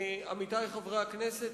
עמיתי חברי הכנסת,